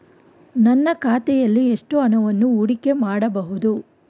ನನ್ನ ಖಾತೆಯಲ್ಲಿ ಎಷ್ಟು ಹಣವನ್ನು ಹೂಡಿಕೆ ಮಾಡಬಹುದು?